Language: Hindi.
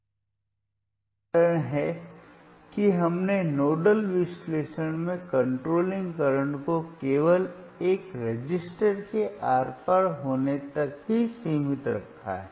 यही कारण है कि हमने नोडल विश्लेषण में कंट्रोलिंग करंट को केवल एक रेसिस्टर के आर पार होने तक ही सीमित रखा है